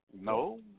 No